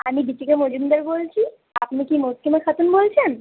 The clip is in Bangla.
আমি দীপিকা মজুমদার বলছি আপনি কি মস্তিনা খাতুন বলছেন